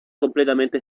completamente